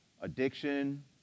addiction